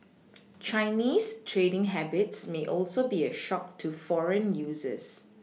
Chinese trading habits may also be a shock to foreign users